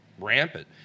rampant